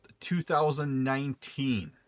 2019